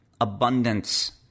abundance